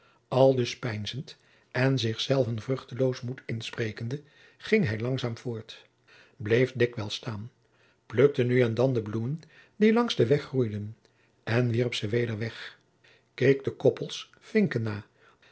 aldus peinzend en zich zelven vruchteloos moed insprekende ging hij langzaam voort bleef dikwijls staan plukte nu en dan de bloemen die langs den weg groeiden en wierp ze weder weg keek de koppels vinken na